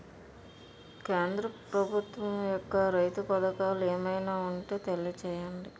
కేంద్ర ప్రభుత్వం యెక్క రైతు పథకాలు ఏమైనా ఉంటే తెలియజేయండి?